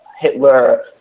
Hitler